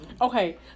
Okay